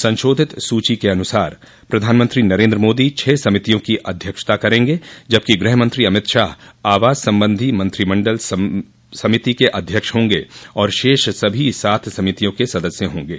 संशोधित सूची के अनुसार प्रधानमंत्री नरेन्द्र मोदी छह समितियों की अध्यक्षता करेंगे जबकि गृहमंत्री अमित शाह आवास संबंधी मंत्रिमंडल समिति के अध्यक्ष होंगे और शेष सभी सात समितियों के सदस्य होंगे